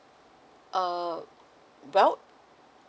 err well